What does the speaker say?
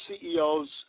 CEOs